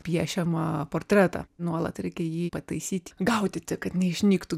piešiamą portretą nuolat reikia jį pataisyti gaudyti kad neišnyktų